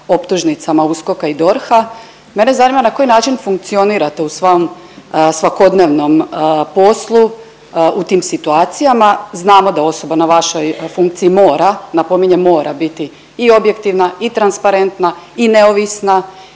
optužnicama USKOK-a i DORH-a. Mene zanima na koji način funkcionirate u svom svakodnevnom poslu, u tim situacijama. Znamo da osoba na vašoj funkciji mora, napominjem mora biti i objektivna i transparentna i neovisna